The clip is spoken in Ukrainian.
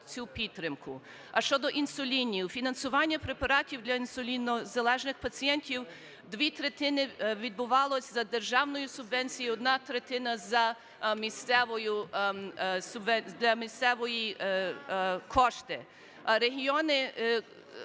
А щодо інсулінів. Фінансування препаратів для інсулінозалежних пацієнтів: дві третини відбувалося за державою субвенцією, одна третина – за місцевою…